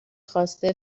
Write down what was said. خواسته